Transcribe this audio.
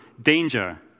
danger